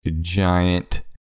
giant